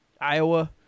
Iowa